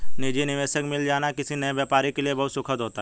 निजी निवेशक मिल जाना किसी नए व्यापारी के लिए बहुत सुखद होता है